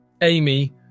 Amy